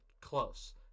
Close